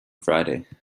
friday